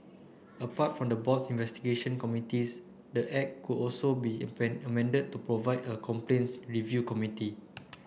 apart from the board's investigation committees the act could also be amended to provide for a complaints review committee